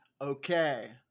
Okay